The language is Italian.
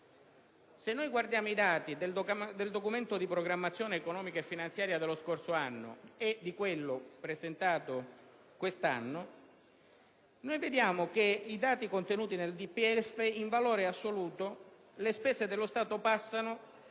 Se confrontiamo i dati del Documento di programmazione economico-finanziaria dello scorso anno e di quello presentato quest'anno, vediamo che nel DPEF, in valore assoluto, le spese dello Stato passano